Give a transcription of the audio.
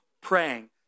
praying